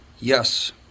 Yes